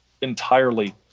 entirely